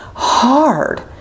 hard